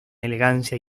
elegancia